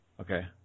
Okay